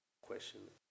Question